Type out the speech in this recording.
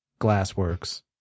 Glassworks